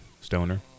Stoner